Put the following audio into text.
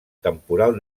temporal